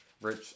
rich